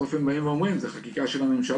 או שבאים ואומרים - זו חקיקה של הממשלה,